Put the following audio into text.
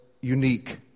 unique